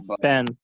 Ben